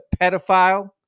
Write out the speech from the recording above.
pedophile